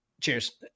cheers